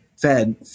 Fed